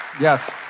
Yes